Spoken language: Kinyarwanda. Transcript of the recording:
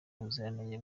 ubuzirange